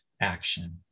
action